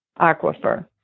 aquifer